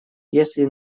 если